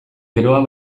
geroa